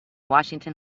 washington